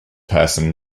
person